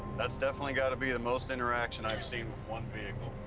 that's definitely gotta be the most interaction i've seen with one vehicle.